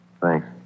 Thanks